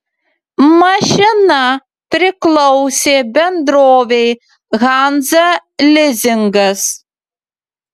mašina priklausė bendrovei hansa lizingas